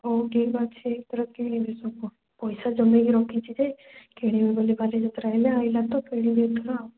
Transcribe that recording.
ହଉ ଠିକ୍ ଅଛି ଏଥର କିଣିବି ସବୁ ପଇସା ଜମାଇକି ରଖିଛି ଯେ କିଣିବି ବୋଲି ବାଲିଯାତ୍ରା ହେଲେ ଆସିଲା ତ କିଣିବି ଏଥର ଆଉ